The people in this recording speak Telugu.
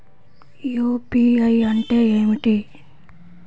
యూ.పీ.ఐ అంటే ఏమిటి?